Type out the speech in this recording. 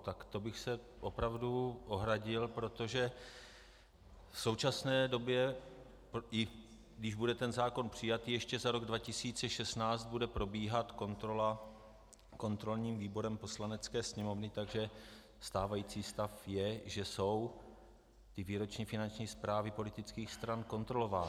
Tak to bych se opravdu ohradil, protože v současné době, i když bude zákon přijat ještě za rok 2016, bude probíhat kontrola kontrolním výborem Poslanecké sněmovny, takže stávající stav je, že jsou výroční finanční zprávy politických stran kontrolovány.